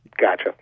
Gotcha